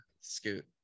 scoot